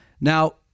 Now